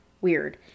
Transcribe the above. weird